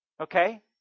Okay